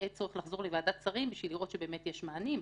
יהיה צורך לחזור לוועדת שרים בשביל לראות שבאמת יש מענים.